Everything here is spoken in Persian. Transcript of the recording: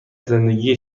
زندگی